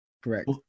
correct